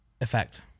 effect